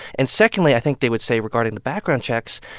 and secondly, i think they would say regarding the background checks,